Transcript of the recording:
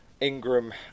Ingram